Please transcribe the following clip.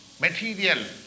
material